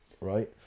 right